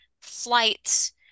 flights